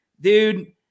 dude